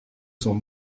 sont